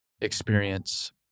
experience